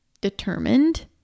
determined